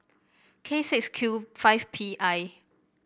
K six Q five P I